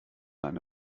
eine